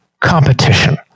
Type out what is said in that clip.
competition